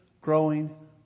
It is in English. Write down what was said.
growing